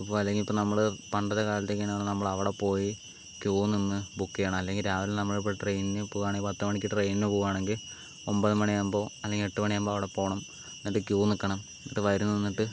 ഇപ്പോൾ അല്ലെങ്കിൽ ഇപ്പോൾ നമ്മൾ പണ്ടത്തെ കാലത്തൊക്കെ ആണെങ്കിൽ നമ്മൾ അവിടെ പോയി ക്യൂ നിന്ന് ബുക്ക് ചെയ്യണം അല്ലെങ്കിൽ രാവിലെ നമ്മൾ ഇപ്പോൾ ട്രെയിനിന് പോകുകയാണെങ്കിൽ പത്ത് മണിക്ക് ട്രെയിനിന് പോവുകയാണെങ്കിൽ ഒമ്പത് മണിയാകുമ്പോൾ അല്ലെങ്കിൽ എട്ടു മണിയാകുമ്പോൾ അവിടെ പോകണം എന്നിട്ട് ക്യൂ നിൽക്കണം എന്നിട്ട് വരി നിന്നിട്ട്